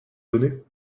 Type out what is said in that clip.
donner